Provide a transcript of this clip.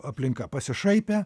aplinka pasišaipė